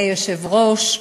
אדוני היושב-ראש,